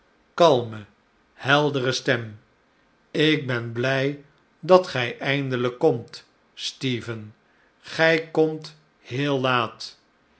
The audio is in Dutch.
zachte kalme heldere stem ik ben blij dat gij eindelijk komt stephen gij komt heel laat